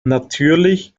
natürlich